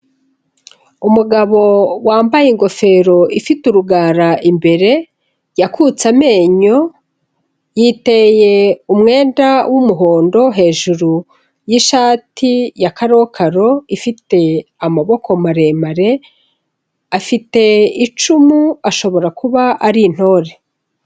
Umugabo wambaye ingofero ifite urugara imbere, yakutse amenyo, yiteye umwenda w'umuhondo hejuru y'ishati ya karokaro, ifite amaboko maremare, afite icumu ashobora kuba ari intore.